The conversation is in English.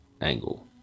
angle